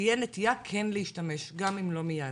תהיה נטייה כן להשתמש, גם אם לא מיד.